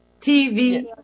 TV